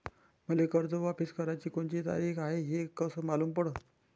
मले कर्ज वापस कराची कोनची तारीख हाय हे कस मालूम पडनं?